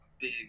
big